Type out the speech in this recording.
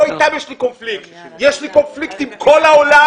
לא אתם יש לי קונפליקט אלא יש לי קונפליקט עם כל העולם